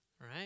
right